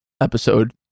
episode